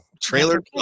trailer